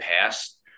past